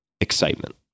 excitement